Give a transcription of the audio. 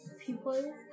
people